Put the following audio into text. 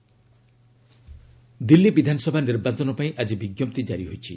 Delhi election Delhi ବିଧାନସଭା ନିର୍ବାଚନ ପାଇଁ ଆଜି ବିଜ୍ଞପ୍ତି ଜାରି ହୋଇଛି